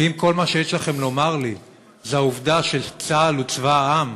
ואם כל מה שיש לכם לומר לי זה העובדה שצה"ל הוא צבא העם,